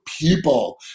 people